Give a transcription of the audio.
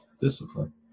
discipline